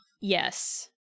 Yes